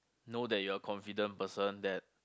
know that you're a confident person that